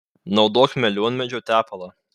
naudok melionmedžio tepalą